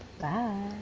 Bye